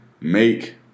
make